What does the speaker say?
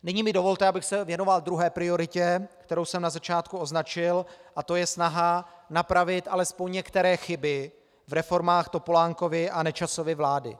Nyní mi dovolte, abych se věnoval druhé prioritě, kterou jsem na začátku označil, a to je snaha napravit alespoň některé chyby v reformách Topolánkovy a Nečasovy vlády.